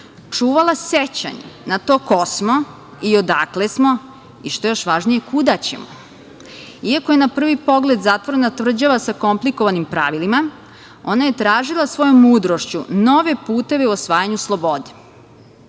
čuvala sećanje na to ko smo i odakle smo i što je još važnije kuda ćemo. Iako je na prvi pogled zatvorena tvrđava sa komplikovanim pravilima, ona je tražila svojom mudrošću nove puteve u osvajanju slobode. Ko